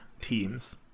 teams